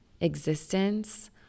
existence